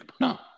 No